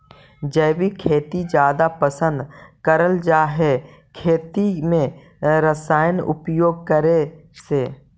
जैविक खेती जादा पसंद करल जा हे खेती में रसायन उपयोग करे से